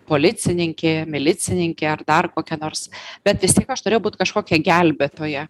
policininkė milicininkė ar dar kokia nors bet vis tiek aš turėjau būt kažkokia gelbėtoja